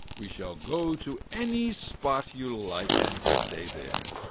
we shall go to any spot you like, and stay there.